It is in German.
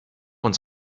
uns